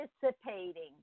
participating